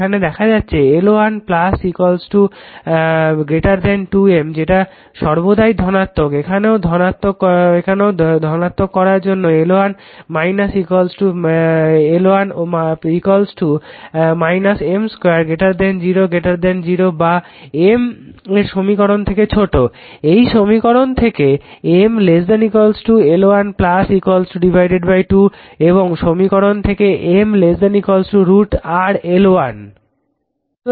এখানে দেখা যাচ্ছে L1 2 M যেটা সর্বদাই ধনাত্মক এখানেও ধনাত্মক করার জন্য L1 L1 M 2 0 0 বা M এই সমীকরণ থেকে ছোট এই সমীকরণ থেকে M L1 2 এবং এই সমীকরণ থেকে M √ r L1